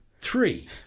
three